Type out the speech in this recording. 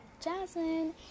jasmine